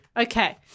Okay